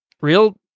real